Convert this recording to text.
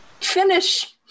Finish